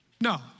No